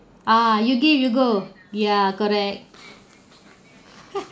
ah you give you go ya correct